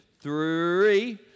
Three